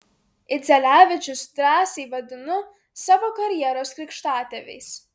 idzelevičius drąsiai vadinu savo karjeros krikštatėviais